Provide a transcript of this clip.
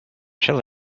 shall